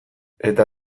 eta